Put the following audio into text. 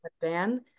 Dan